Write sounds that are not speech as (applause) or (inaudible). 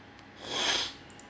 (noise)